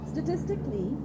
Statistically